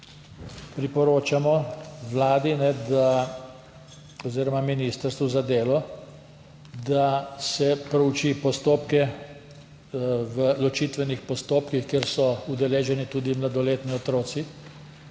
priporočamo Vladi oziroma ministrstvu za delo, da se prouči postopke v ločitvenih postopkih, kjer so udeleženi tudi mladoletni otroci.